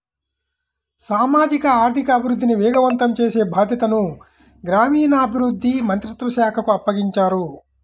సామాజిక ఆర్థిక అభివృద్ధిని వేగవంతం చేసే బాధ్యతను గ్రామీణాభివృద్ధి మంత్రిత్వ శాఖకు అప్పగించారు